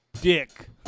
Dick